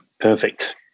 Perfect